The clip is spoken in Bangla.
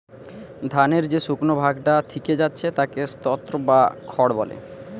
ধানের যে শুকনো ভাগটা থিকে যাচ্ছে তাকে স্ত্রও বা খড় বলে